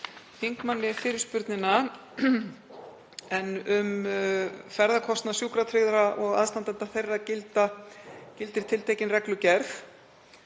þingmanni fyrirspurnina. Um ferðakostnað sjúkratryggðra og aðstandenda þeirra gildir tiltekin reglugerð.